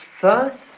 first